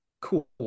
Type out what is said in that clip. cool